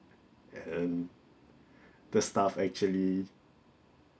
and the staff actually